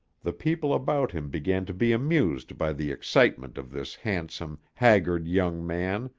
the people about him began to be amused by the excitement of this handsome, haggard young man,